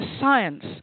science